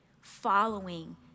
following